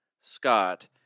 Scott